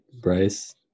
Bryce